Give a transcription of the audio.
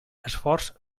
esforç